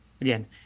again